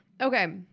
okay